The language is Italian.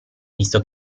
visto